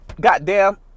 goddamn